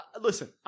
Listen